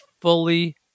fully